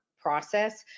process